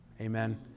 Amen